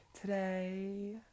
today